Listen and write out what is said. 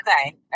Okay